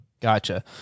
Gotcha